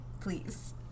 please